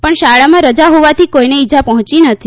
પણ શાળામાં રજા હોવાથી કોઈને ઈજા પહોંચી નથી